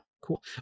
cool